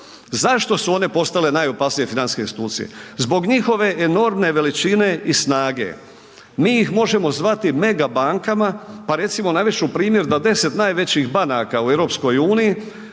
Zašto su one postale najopasnije financijske institucije? Zbog njihove enormne veličine i snage. Mi ih možemo zvati megabankama pa recimo navest ću primjer da 10 najvećih banaka u EU ima